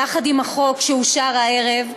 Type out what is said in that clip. יחד עם החוק שאושר הערב,